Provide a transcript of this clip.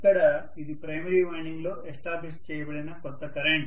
ఇక్కడ ఇది ప్రైమరీ వైండింగ్లో ఎస్టాబ్లిష్ చేయబడిన కొత్త కరెంట్